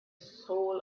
soul